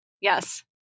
Yes